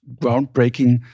groundbreaking